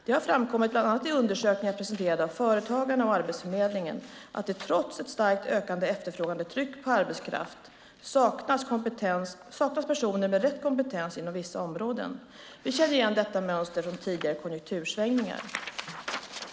Det har framkommit bland annat i undersökningar presenterade av Företagarna och Arbetsförmedlingen att det trots en starkt ökande efterfrågan på arbetskraft saknas personer med rätt kompetens inom vissa områden. Vi känner igen detta mönster från tidigare konjunkturvändningar.